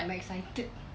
I'm excited